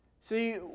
See